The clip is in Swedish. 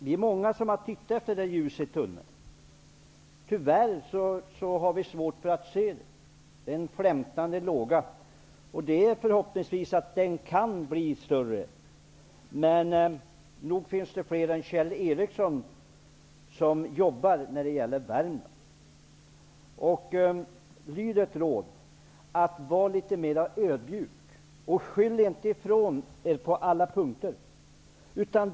Vi är många som har tittat efter det ljuset. Tyvärr har vi svårt för att se det. Det är en flämtande låga. Förhoppningsvis kan den bli större, men nog finns det fler än Kjell Ericsson som jobbar när det gäller Värmland. Kjell Ericsson bör lyda ett råd, nämligen att vara litet mer ödmjuk och inte på alla punkter skylla ifrån sig.